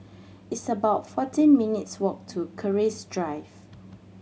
it's about fourteen minutes' walk to Keris Drive